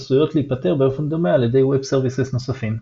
עשויות להיפתר באופן דומה על ידי Web Services נוספים.